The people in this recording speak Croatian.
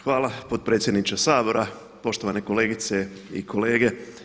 Hvala potpredsjedniče Sabora, poštovane kolegice i kolege.